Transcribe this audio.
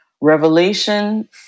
Revelation